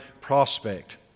prospect